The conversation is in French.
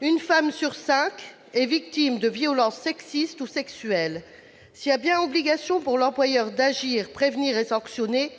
Une femme sur cinq y est victime de violences sexistes ou sexuelles. S'il y a bien obligation pour l'employeur d'agir, de prévenir et de sanctionner,